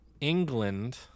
England